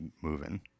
moving